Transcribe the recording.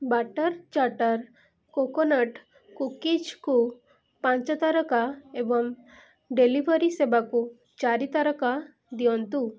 butter chatter coconut କୁକିଜ୍କୁ ପାଞ୍ଚ ତାରକା ଏବଂ ଡେଲିଭରି ସେବାକୁ ଚାରି ତାରକା ଦିଅନ୍ତୁ